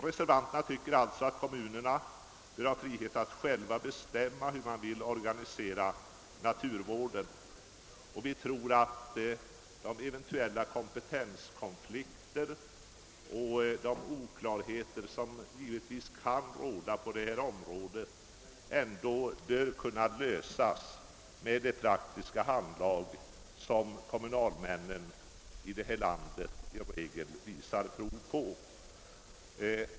Reservanterna tycker alltså att kommunerna bör ha frihet att själva bestämma hur man vill organisera naturvården, och vi tror att de eventuella kompetenskonflikter och de oklarheter som givetvis kan råda på detta område bör kunna lösas med det praktiska handlag som kommunalmännen i detta land i regel visar prov på.